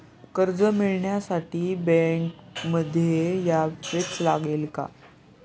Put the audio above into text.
कर्ज मिळवण्यासाठी बँकेमध्ये यावेच लागेल का?